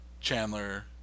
Chandler